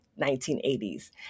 1980s